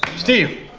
steve!